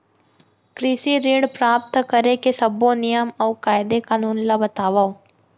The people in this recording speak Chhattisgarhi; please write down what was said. कृषि ऋण प्राप्त करेके सब्बो नियम अऊ कायदे कानून ला बतावव?